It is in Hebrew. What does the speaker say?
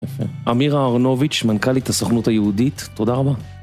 אמירה אהרונוביץ, מנכ"לית הסוכנות היהודית, תודה רבה.